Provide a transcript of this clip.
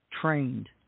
trained